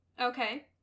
okay